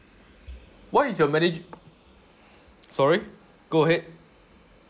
why is your manage~ sorry go ahead